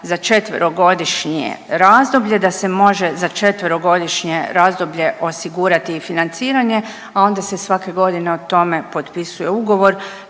za četverogodišnje razdoblje da se može za četverogodišnje razdoblje osigurati financiranje, a onda se svake godine o tome potpisuje ugovor.